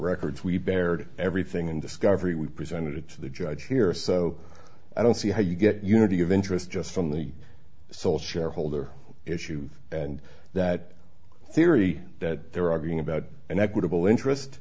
records we bared everything in discovery we presented to the judge here so i don't see how you get unity of interest just from the sole shareholder issue and that theory that they're arguing about an equitable interest